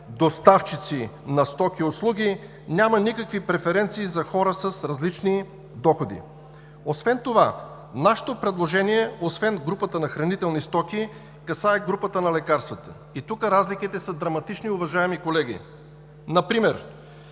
доставчици на стоки и услуги, няма никакви преференции за хора с различни доходи. Нашето предложение, освен групата на хранителни стоки, касае и групата на лекарствата и тук разликите са драматични, уважаеми колеги – например